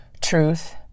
truth